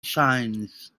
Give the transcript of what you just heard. shines